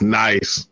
nice